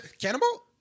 Cannibal